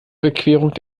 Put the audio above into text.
überquerung